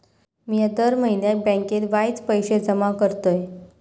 मिया दर म्हयन्याक बँकेत वायच पैशे जमा करतय